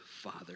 Father